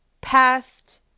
past